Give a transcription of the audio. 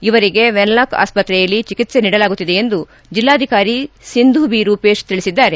ಇವರಿಗೆ ವೆನ್ಲಾಕ್ ಆಸ್ಪತ್ರೆಯಲ್ಲಿ ಚಿಕಿತ್ಸೆ ನೀಡಲಾಗುತ್ತಿದೆ ಎಂದು ಜಿಲ್ಲಾಧಿಕಾರಿ ಸಿಂಧು ಬಿ ರೂಪೇಶ್ ತಿಳಿಸಿದ್ದಾರೆ